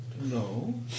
No